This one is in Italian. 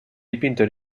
dipinto